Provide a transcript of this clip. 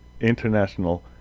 international